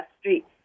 Street